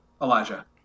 Elijah